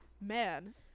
man